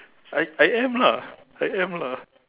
I I am lah I am lah